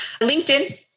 LinkedIn